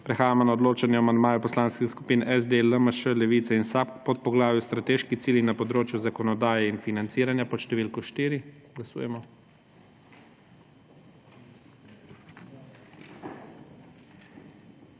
Prehajamo na odločanje o amandmaju poslanskih skupin SD, LMŠ, Levica in SAB k podpoglavju Strateški cilji na področju zakonodaje in financiranja pod številko 1. Glasujemo.